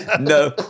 no